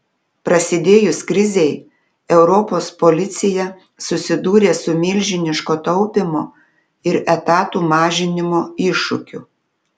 prasidėjus krizei europos policija susidūrė su milžiniško taupymo ir etatų mažinimo iššūkiu